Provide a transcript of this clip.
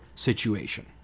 situation